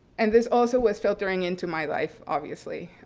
and this also was filtering into my life obviously.